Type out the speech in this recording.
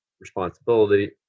responsibility